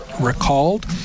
recalled